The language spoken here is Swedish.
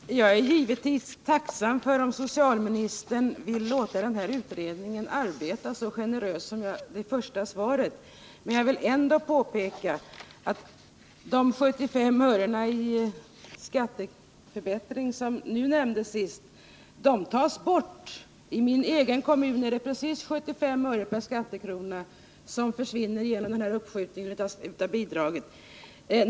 Fru talman! Jag är givetvis tacksam om socialministern vill låta utredningen arbeta på så generösa villkor som anges i det första svaret. Men den förbättring av kommunernas ekonomi som socialministern talade om och som skulle motsvara 75 öre i kommunalskatt kommer ju bort helt och hållet. I min hemkommun försvinner precis 75 öre per skattekrona genom att utbetalningen av bidraget förskjuts i tiden.